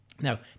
Now